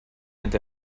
and